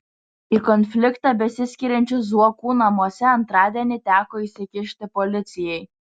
į konfliktą besiskiriančių zuokų namuose antradienį teko įsikišti policijai